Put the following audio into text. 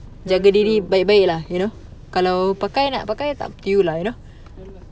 jaga diri baik-baik lah you know kalau pakai nak pakai up to you lah you know